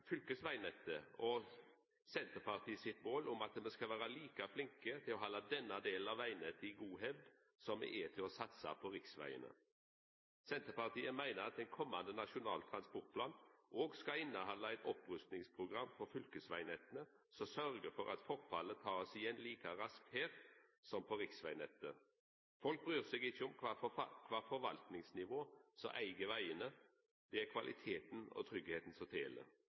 og Senterpartiet sitt mål om at me skal vera like flinke til å halda denne delen av vegnettet i god hevd som me er til å satsa på riksvegane. Senterpartiet meiner at den komande nasjonale transportplan òg skal innehalda eit opprustingsprogram for fylkesvegnettet som sørgjer for at forfallet blir teke igjen like raskt her som på riksvegnettet. Folk bryr seg ikkje om kva forvaltningsnivå som eig vegane, det er kvaliteten og tryggleiken som